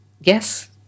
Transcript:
yes